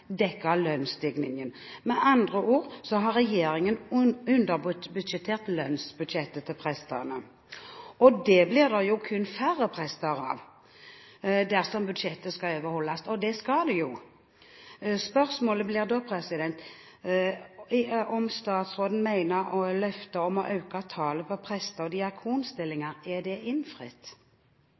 dekket lønnsstigningen. Med andre ord har regjeringen underbudsjettert lønnsbudsjettet til prestene. Det blir det kun færre prester av dersom budsjettet skal overholdes, og det skal det jo. Spørsmålet blir da: Mener statsråden at løftet om å øke tallet på preste- og diakonstillinger er innfridd?